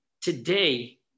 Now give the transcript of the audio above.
today